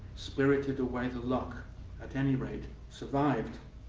spirited away the luck at any rate, survived.